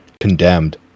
condemned